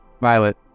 Violet